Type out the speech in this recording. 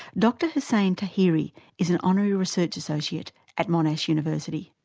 dr hussein tahiri is an honorary research associate at monash university.